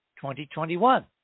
2021